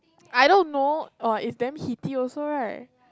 I don't know !wah! it's damn heaty also right